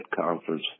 conference